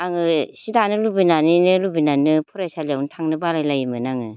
आङो सि दानो लुबैनानैनो लुबैनानैनो फरायसालियावनो थांनो बालाय लायोमोन आङो